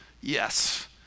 yes